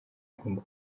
agomba